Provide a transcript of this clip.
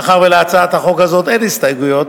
מאחר שלהצעת החוק הזאת אין הסתייגויות,